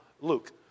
Luke